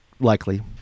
likely